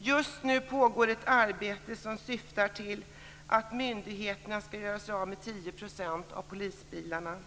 Just nu pågår ett arbete som syftar till att myndigheterna skall göra sig av med 10 % av polisbilarna.